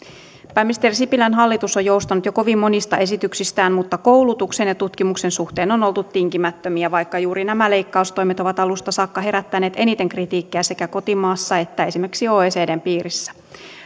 pääministeri sipilän hallitus on joustanut jo kovin monista esityksistään mutta koulutuksen ja tutkimuksen suhteen on oltu tinkimättömiä vaikka juuri nämä leikkaustoimet ovat alusta saakka herättäneet eniten kritiikkiä sekä kotimaassa että esimerkiksi oecdn piirissä